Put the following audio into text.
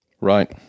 Right